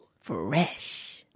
Fresh